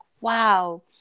wow